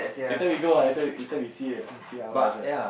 later we go ah later we later we see and see how much lah